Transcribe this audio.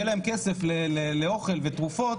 שיהיה להם כסף לאוכל ולתרופות,